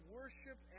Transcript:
worship